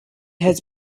has